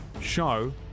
show